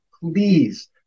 please